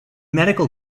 medical